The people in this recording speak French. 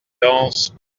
dance